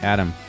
Adam